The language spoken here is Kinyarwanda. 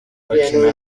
bakina